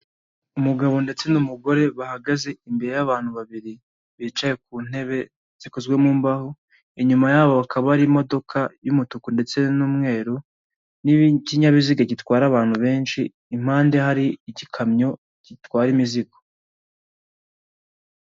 Umugabo ndetse n'umugore bahagaze imbere y'abantu babiri bicaye ku ntebe zikozwe mu mbaho, inyuma yabo hakaba ari imodoka y'umutuku ndetse n'umweru n'ikinyabiziga gitwara abantu benshi, impande hari igikamyo gitwara imizigo.